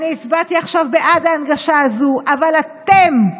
אני הצבעתי עכשיו בעד ההנגשה הזאת, אבל אתם,